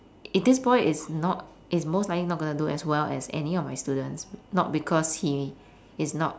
if this boy is not is mostly likely not gonna do as well as any of my students not because he is not